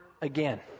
again